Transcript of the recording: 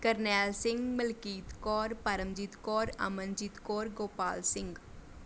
Karnail Singh Malkit Kaur Paramjit Kaur Amanjit Kaur Gopal Singh